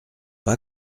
pas